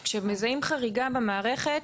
כשמזהים חריגה במערכת,